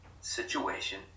situation